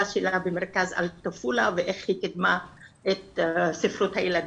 שלה במרכז אלטופולה ואיך היא קידמה את ספרות הילדים.